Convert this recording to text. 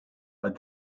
but